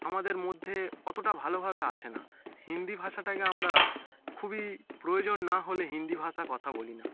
আমাদের মধ্যে অতটা ভালোভাবে আসে না হিন্দি ভাষাটাকে আমরা খুবই প্রয়োজন না হলে হিন্দি ভাষায় কথা বলি না